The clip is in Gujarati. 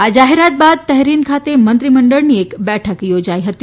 આ જાહેરાત બાદ તેહરીન ખાતે મંત્રીમંડળની બેઠક યોજાઈ હતી